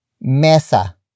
mesa